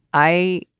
i